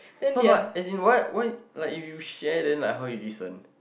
not about as in why why like if you share then like how you listen